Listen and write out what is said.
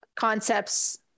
concepts